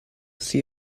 see